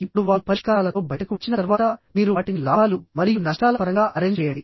ఇప్పుడు వారు పరిష్కారాలతో బయటకు వచ్చిన తర్వాత మీరు వాటిని లాభాలు మరియు నష్టాల పరంగా అరెంజ్ చేయండి